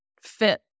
fit